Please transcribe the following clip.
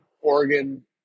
Oregon